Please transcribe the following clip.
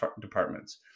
departments